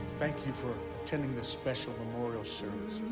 thank you for attending this special memorial service.